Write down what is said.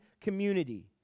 community